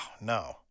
no